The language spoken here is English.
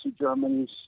Germany's